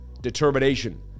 determination